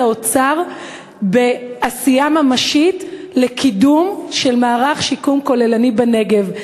האוצר בעשייה ממשית לקידום מערך שיקום כוללני בנגב.